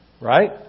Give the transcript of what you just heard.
Right